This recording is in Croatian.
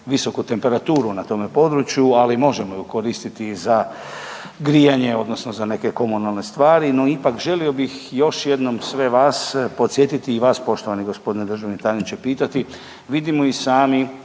visoku temperaturu na tome području, ali možemo ju koristiti za grijanje, odnosno za neke komunalne stvari, no ipak, želio bih još jednom sve vas podsjetiti i vas, poštovani državni tajniče pitati, vidimo i sami